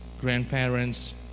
grandparents